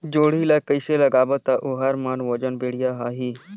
जोणी ला कइसे लगाबो ता ओहार मान वजन बेडिया आही?